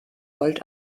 volt